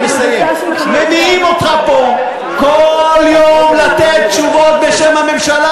מביאים אותך לפה כל יום לתת תשובות בשם הממשלה,